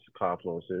confluences